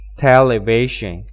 television